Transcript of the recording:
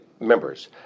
Members